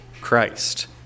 Christ